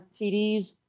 TDs